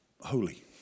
holy